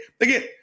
Again